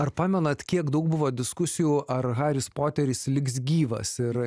ar pamenat kiek daug buvo diskusijų ar haris poteris liks gyvas ir